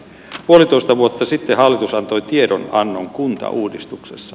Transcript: puolitoista vuotta sitten hallitus antoi tiedonannon kuntauudistuksesta